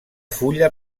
fulla